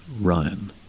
Ryan